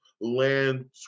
land